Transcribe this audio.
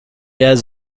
has